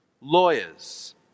lawyers